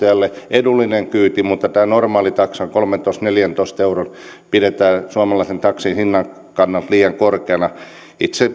edullinen kyyti mutta tätä normaalia kolmentoista viiva neljäntoista euron taksaa pidetään suomalaisen taksin hinnan kannalta liian korkeana itse